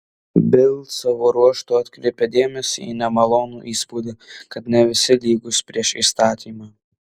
bild savo ruožtu atkreipė dėmesį į nemalonų įspūdį kad ne visi lygūs prieš įstatymą